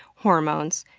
hormones,